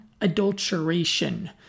adulteration